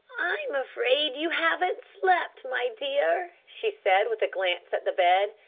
i'm afraid you haven't slept, my dear, she said with a glance at the bed.